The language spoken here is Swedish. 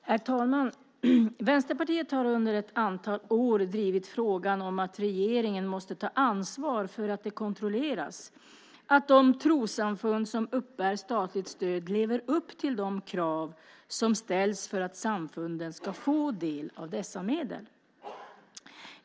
Herr talman! Vänsterpartiet har under ett antal år drivit frågan om att regeringen måste ta ansvar för att det kontrolleras att de trossamfund som uppbär statligt stöd lever upp till de krav som ställs för att samfunden ska få del av dessa medel.